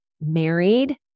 married